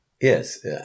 Yes